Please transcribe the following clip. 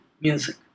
music